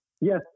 Yes